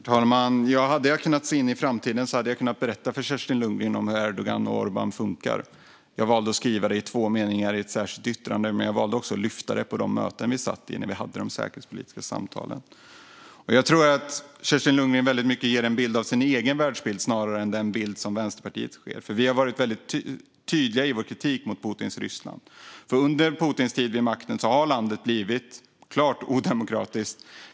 Herr talman! Hade jag kunnat se in i framtiden hade jag kunnat berätta för Kerstin Lundgren om hur Erdogan och Orbán funkar. Jag valde att skriva det i två meningar i ett särskilt yttrande, men jag valde också att lyfta det på de möten vi satt i när vi hade de säkerhetspolitiska samtalen. Jag tror att Kerstin Lundgren väldigt mycket redogör för sin egen världsbild snarare än för den bild som Vänsterpartiet har. Vi har varit väldigt tydliga i vår kritik mot Putins Ryssland. Under Putins tid vid makten har landet blivit klart odemokratiskt.